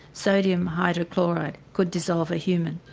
sodium hydrochloride, could dissolve a human.